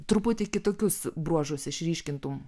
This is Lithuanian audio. truputį kitokius bruožus išryškintum